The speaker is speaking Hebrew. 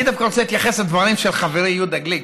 אני דווקא רוצה להתייחס לדברים של חברי יהודה גליק.